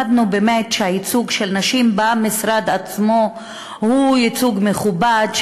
למדנו באמת שייצוג הנשים במשרד עצמו הוא ייצוג מכובד,